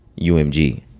UMG